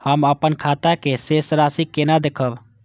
हम अपन खाता के शेष राशि केना देखब?